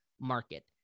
market